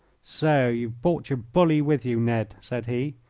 so you've brought your bully with you, ned? said he.